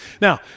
Now